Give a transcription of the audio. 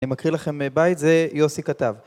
אני מקריא לכם בית זה יוסי כתב